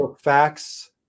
Facts